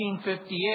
1958